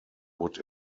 would